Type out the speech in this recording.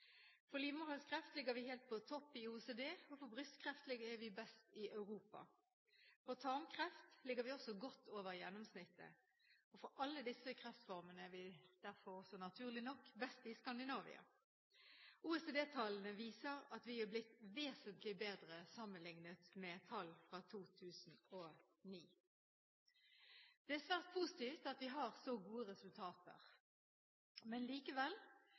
For livmorhalskreft ligger vi helt på topp i OECD, og for brystkreft ligger vi best an i Europa. For tarmkreft ligger vi også godt over gjennomsnittet. For alle disse kreftformene er vi derfor også, naturlig nok, best i Skandinavia. OECD-tallene viser at vi er blitt vesentlig bedre sammenlignet med tall fra 2009. Det er svært positivt at vi har så gode resultater. Likevel